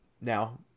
now